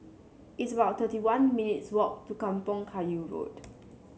it's about thirty one minutes' walk to Kampong Kayu Road